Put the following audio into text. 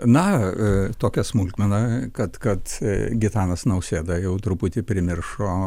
na tokia smulkmena kad kad gitanas nausėda jau truputį primiršo